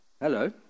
hello